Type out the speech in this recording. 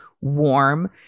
warm